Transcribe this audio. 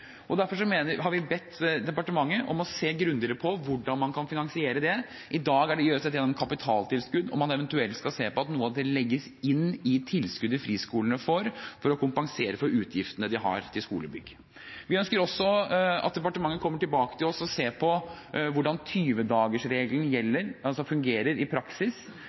skolebygg. Derfor har vi bedt departementet om å se grundigere på hvordan man kan finansiere det. I dag gjøres dette gjennom kapitaltilskudd. Man kan eventuelt se på hvordan noe av dette kan legges inn i tilskuddet friskolene får for å kompensere for utgifter de har til skolebygg. Vi ønsker også at departementet kommer tilbake til oss og ser på hvordan 20-dagersregelen fungerer i praksis.